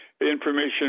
information